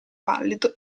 pallido